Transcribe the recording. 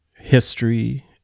history